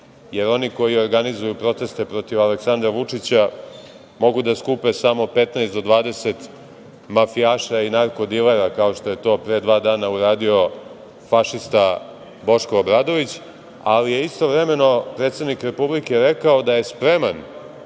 jer oni koji organizuju proteste protiv Aleksandra Vučića mogu da skupe samo 15 do 20 mafijaša i narko-dilera, kao što je to pre dva dana uradio fašista, Boško Obradović, ali je istovremeno predsednik Republike rekao da je spreman